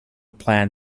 plan